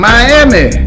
Miami